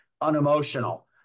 unemotional